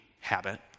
habit